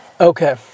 Okay